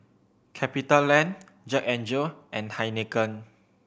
CapitaLand Jack N Jill and Heinekein